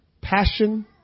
passion